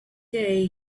day